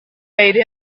made